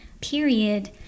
period